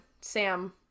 Sam